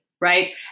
right